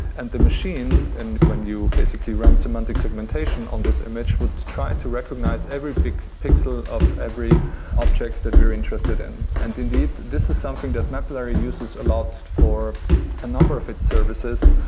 and the machine and when you basically run semantic segmentation on this image, would try to recognize every pixel of every object that we're interested in and indeed, this is something that mapillary uses a lot for a number of its services.